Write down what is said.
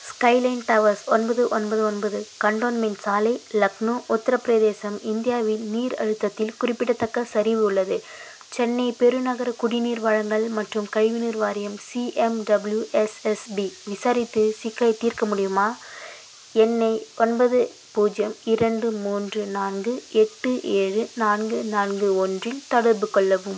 skyline towers ஒன்பது ஒன்பது ஒன்பது கன்டோன்மென்ட் சாலை லக்னோ உத்தரப்பிரதேசம் இந்தியாவில் நீர் அழுத்தத்தில் குறிப்பிடத்தக்க சரிவு உள்ளது சென்னை பெருநகர குடிநீர் வழங்கல் மற்றும் கழிவுநீர் வாரியம் சிஎம்டபிள்யூஎஸ்எஸ்பி விசாரித்து சிக்கலைத் தீர்க்க முடியுமா என்னை ஒன்பது பூஜ்ஜியம் இரண்டு மூன்று நான்கு எட்டு ஏழு நான்கு நான்கு ஒன்றில் தொடர்புக் கொள்ளவும்